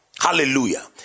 Hallelujah